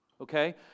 okay